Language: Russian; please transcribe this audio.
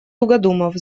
тугодумов